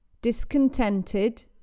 Discontented